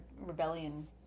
rebellion